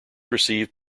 received